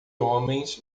homens